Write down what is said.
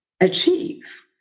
achieve